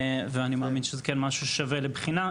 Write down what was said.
ואני מאמין שזה כן משהו ששווה לבחינה.